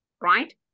right